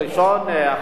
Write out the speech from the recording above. זה נאום ראשון, נכון?